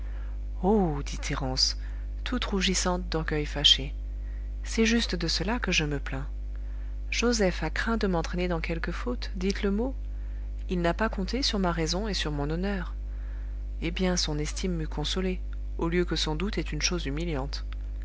oh dit thérence toute rougissante d'orgueil fâché c'est juste de cela que je me plains joseph a craint de m'entraîner dans quelque faute dites le mot il n'a pas compté sur ma raison et sur mon honneur eh bien son estime m'eût consolée au lieu que son doute est une chose humiliante